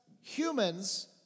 humans